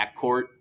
backcourt